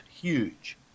huge